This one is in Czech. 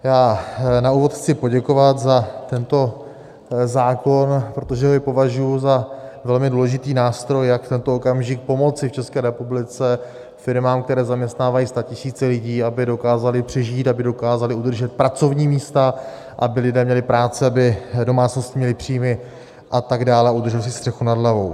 Já na úvod chci poděkovat za tento zákon, protože jej považuji za velmi důležitý nástroj, jak v tento okamžik pomoci v České republice firmám, které zaměstnávají statisíce lidí, aby dokázaly přežít, aby dokázaly udržet pracovní místa, aby lidé měli práci, aby domácnosti měly příjmy atd. a udrželi si střechu nad hlavou.